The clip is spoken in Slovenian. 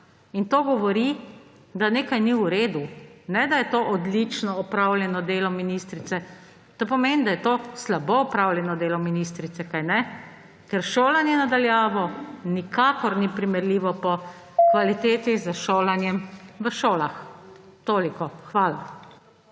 To govori, da nekaj ni v redu, ne da je to odlično opravljeno delo ministrice. To pomeni, da je to slabo opravljeno delo ministrice, kajne? Ker šolanje na daljavo po kvaliteti nikakor ni primerljivo s šolanjem v šolah. Toliko. Hvala.